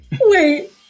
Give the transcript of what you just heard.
Wait